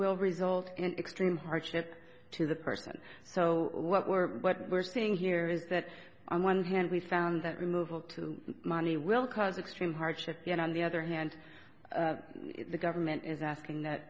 will result in extreme hardship to the person so what we're what we're seeing here is that on one hand we found that removal to money will cause extreme hardship on the other hand the government is asking that